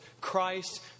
Christ